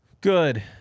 Good